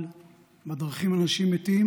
אבל בדרכים אנשים מתים